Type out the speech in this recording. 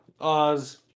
Oz